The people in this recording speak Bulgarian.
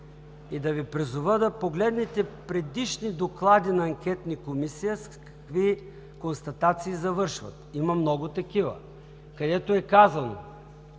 и да Ви призова да погледнете предишни доклади на анкетни комисии с какви констатации завършват. Има много такива, където е казано,